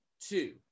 two